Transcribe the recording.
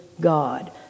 God